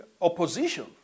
opposition